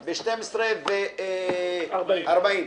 ב-12:40.